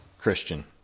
Christian